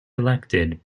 elected